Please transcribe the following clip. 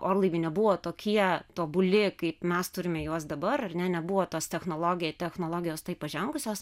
orlaiviai nebuvo tokie tobuli kaip mes turime juos dabar ar ne nebuvo tos technologija technologijos taip pažengusios